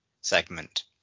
segment